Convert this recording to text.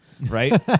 right